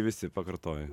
visi pakartojo